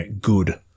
good